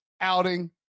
outing